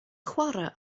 chwarae